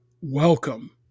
Welcome